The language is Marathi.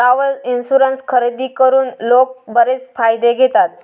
ट्रॅव्हल इन्शुरन्स खरेदी करून लोक बरेच फायदे घेतात